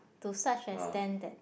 to such extent that